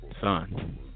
Son